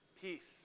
Peace